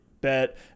bet